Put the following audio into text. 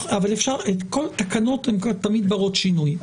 תקנות תמיד ברות שינוי.